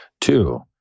Two